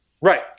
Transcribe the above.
Right